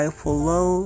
follow